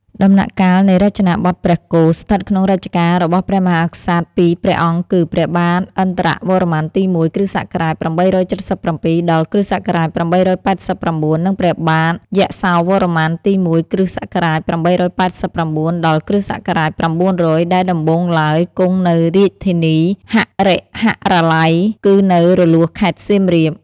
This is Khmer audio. ដំណាក់កាលនៃរចនាបថព្រះគោ ស្ថិតក្នុងរជ្ជកាលរបស់ព្រះមហាក្សត្រពីរព្រះ អង្គគឺ ព្រះបាទឥន្ទ្រវរ្ម័នទី១ គ.ស. ៨៧៧ ដល់គ.ស. ៨៨៩ និងព្រះបាទយសោវរ្ម័ន ទី ១ គ.ស.៨៨៩ ដល់គ.ស. ៩០០ ដែលដំបូងឡើយគង់នៅរាជធានីហរិហរាល័យ គឺនៅរលួសខេត្តសៀមរាប។